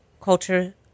culture